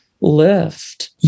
lift